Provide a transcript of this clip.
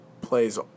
plays